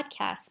podcasts